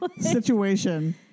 situation